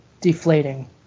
deflating